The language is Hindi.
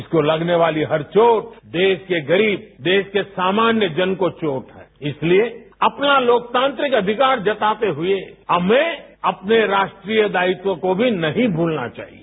इसको लगने वाली हर चोट देश के गरीब देश के सामान्य जन को चोट इसलिए अपना लोकतांत्रिक अधिकार जताते हुए हमें अपने राष्ट्रीय दायित्वों को भी नहीं भूलना चाहिए